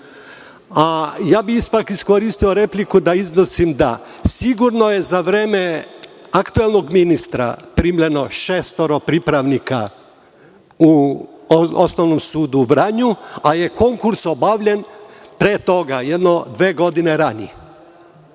iznosimo podatke. Iskoristio bih repliku da iznesem, da je sigurno za vreme aktuelnog ministra primljeno šestoro pripravnika u Osnovnom sudu u Vranju, a konkurs je obavljen pre toga, jedno dve godine ranije.